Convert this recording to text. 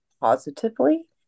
positively